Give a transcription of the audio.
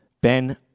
Ben